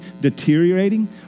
deteriorating